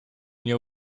nie